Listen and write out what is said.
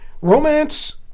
romance